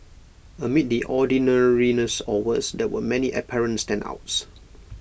amid the ordinariness or worse there were many apparent standouts